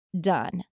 done